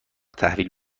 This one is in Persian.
تحویل